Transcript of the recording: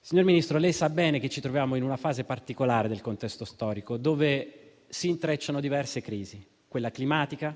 Signor Ministro, lei sa bene che ci troviamo in una fase particolare del contesto storico in cui si intrecciano diverse crisi (quella climatica,